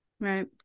Right